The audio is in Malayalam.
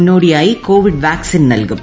മുന്നോടിയായി കോവിഡ് വാക്സിൻ നൽകും